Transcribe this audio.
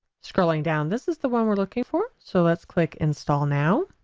scrolling down this is the one we're looking for so let's click install now